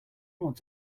want